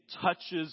touches